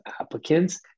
applicants